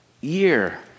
Year